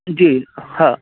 जी हा